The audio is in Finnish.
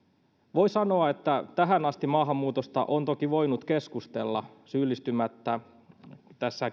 voi sanoa että tähän asti maahanmuutosta on toki voinut keskustella syyllistymättä tässä